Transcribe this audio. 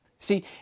See